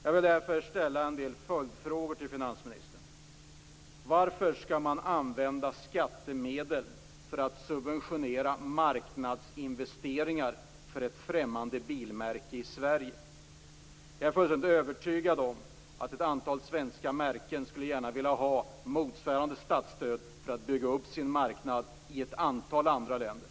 Jag vill därför ställa några följdfrågor till finansministern. För det första: Varför skall man använda skattemedel för att subventionera marknadsinvesteringar för ett främmande bilmärke i Sverige? Jag är fullständigt övertygad om att ett antal svenska märken gärna skulle vilja ha motsvarande statsstöd för att bygga upp sin marknad i ett antal andra länder.